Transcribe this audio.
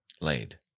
Laid